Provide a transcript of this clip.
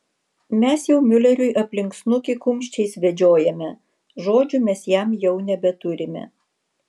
mes jau miuleriui aplink snukį kumščiais vedžiojame žodžių mes jam jau nebeturime